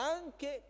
anche